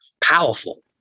powerful